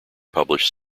published